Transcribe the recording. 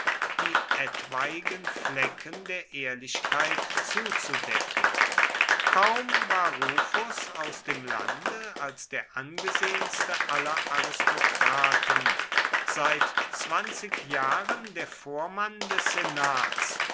die etwaigen flecken der ehrlichkeit zuzudecken kaum war rufus aus dem lande als der angesehenste aller aristokraten seit zwanzig jahren der vormann des senats